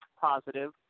positive